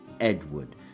Edward